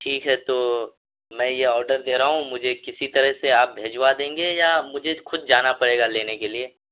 ٹھیک ہے تو میں یہ آڈر دے رہا ہوں مجھے کسی طرح سے آپ بھجوا دیں گے یا مجھے خود جانا پڑے گا لینے کے لیے